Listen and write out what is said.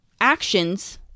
actions